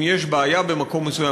אם יש בעיה במקום מסוים,